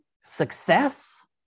success